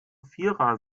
vierer